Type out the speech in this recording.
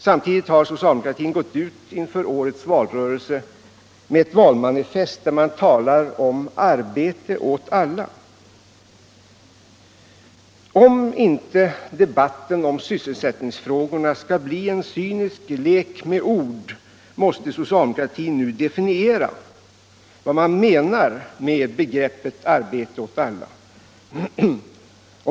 Samtidigt har socialdemokratin inför årets valrörelse gått ut med ett valmanifest där man talar om ”arbete åt alla”. Om inte debatten om sysselsättningsfrågorna skall bli en cynisk lek med ord måste socialdemokratin nu definiera vad man menar med begreppet ”arbete åt alla”.